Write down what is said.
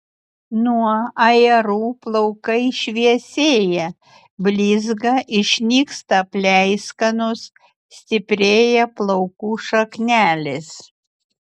nuo ajerų plaukai šviesėja blizga išnyksta pleiskanos stiprėja plaukų šaknelės